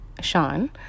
Sean